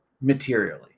materially